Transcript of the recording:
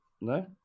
no